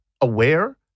aware